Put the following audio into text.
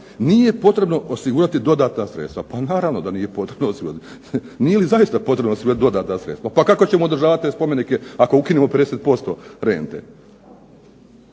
nije potrebno osigurati dodatna sredstva. Pa naravno da nije potrebno osigurati, nije li zaista potrebno osigurati dodatna sredstva. Pa kako ćemo održavati te spomenike ako ukinemo 50% rente.